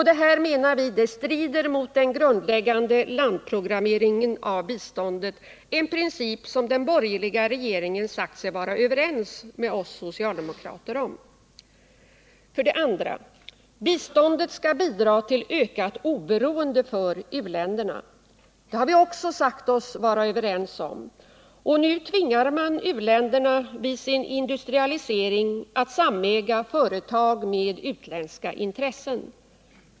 Detta strider mot den grundläggande landprogrammeringen av biståndet, en princip som den borgerliga regeringen sagt sig vara överens med oss socialdemokrater om. 2. Biståndet skall bidra till ökat oberoende för u-länderna. Det har vi också sagt oss vara överens om. Nu tvingar man u-länderna att vid sin industrialisering samäga företag med utländska intressenter.